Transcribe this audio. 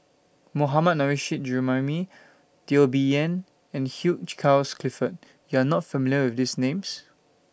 Mohammad Nurrasyid Juraimi Teo Bee Yen and Hugh Charles Clifford YOU Are not familiar with These Names